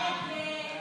53 לא